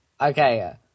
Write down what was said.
Okay